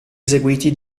eseguiti